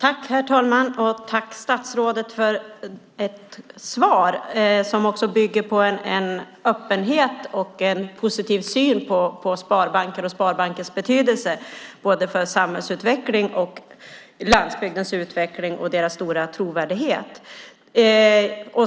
Herr talman! Tack, statsrådet, för ett svar som bygger på öppenhet och en positiv syn på sparbanker och sparbankers betydelse för både samhällsutvecklingen, landsbygdens utveckling och deras stora trovärdighet.